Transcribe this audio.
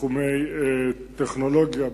בתחומי הטכנולוגיה,